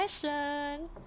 question